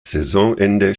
saisonende